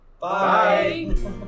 bye